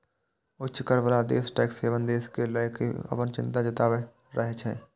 उच्च कर बला देश टैक्स हेवन देश कें लए कें अपन चिंता जताबैत रहै छै